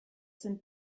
sind